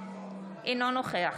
אינו נוכח